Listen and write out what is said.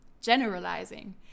generalizing